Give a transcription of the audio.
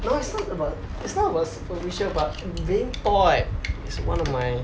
no it's not about it's not about superficial but being tall right is one of my